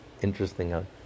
interesting